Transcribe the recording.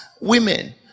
Women